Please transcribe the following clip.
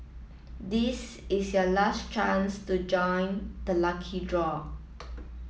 this is your last chance to join the lucky draw